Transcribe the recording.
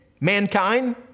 mankind